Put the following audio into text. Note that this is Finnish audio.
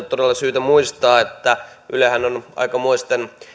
todella syytä muistaa että ylehän on aikamoisten